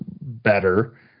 better